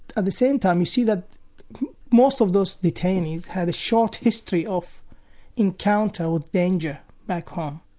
at the same time, you see that most of those detainees have a short history of encounter with danger back home.